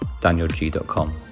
danielg.com